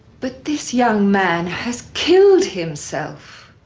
but this young men has killed himself.